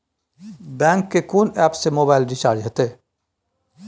Bank के कोन app से मोबाइल रिचार्ज हेते?